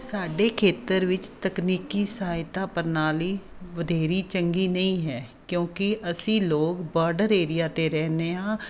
ਸਾਡੇ ਖੇਤਰ ਵਿੱਚ ਤਕਨੀਕੀ ਸਹਾਇਤਾ ਪ੍ਰਣਾਲੀ ਵਧੇਰੀ ਚੰਗੀ ਨਹੀਂ ਹੈ ਕਿਉਂਕਿ ਅਸੀਂ ਲੋਕ ਬਾਰਡਰ ਏਰੀਆ 'ਤੇ ਰਹਿੰਦੇ ਹਾਂ